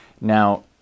Now